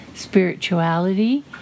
Spirituality